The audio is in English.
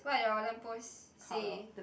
what your lamp post say